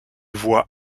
voie